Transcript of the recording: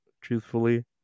truthfully